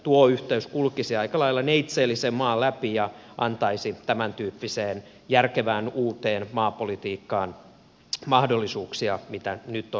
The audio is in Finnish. tuo yhteys kulkisi aika lailla neitseellisen maan läpi ja antaisi mahdollisuuksia tämäntyyppiseen järkevään uuteen maapolitiikkaan mitä nyt on eteenpäin viety